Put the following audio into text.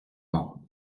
monde